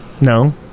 no